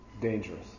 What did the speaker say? dangerous